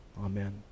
Amen